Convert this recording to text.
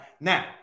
Now